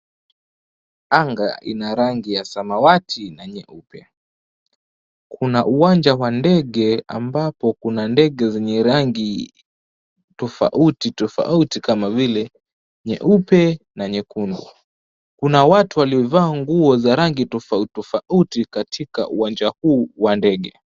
Anga ina rangi ya samawati na nyeupe. Kuna uwanja wa ndege, ambapo kuna ndege zenye rangi tofauti tofauti, kama vile nyeupe na nyekundu. Kuna watu waliovaa nguo za rangi tofauti katika uwanja huu wa ndege.